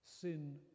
Sin